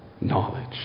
knowledge